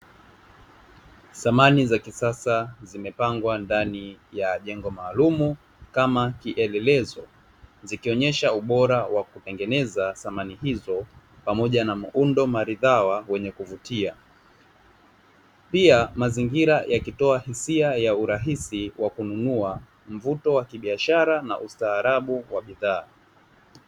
Samani za kisasa zimepangwa ndani ya jengo maalumu kama kielelezo, zikionyesha ubora wa kutengeneza samani hizo, pamoja na muundo maridhawa wenye kuvutia. Pia mazingira yakitoa hisia ya urahisi wa kununua, mvuto wa kibiashara na ustaarabu wa bidhaa.